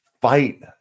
fight